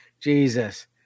Jesus